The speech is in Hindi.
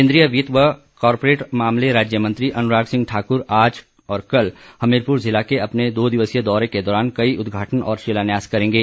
केंद्रीय वित्त व कॉरपोरेट मामले राज्य मंत्री अनुराग सिंह ठाक्र आज तथा कल हमीरपुर जिले के अपने दो दिवसीय दौरे के दौरान कई उद्घाटन और शिलान्यास करेंगे